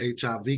HIV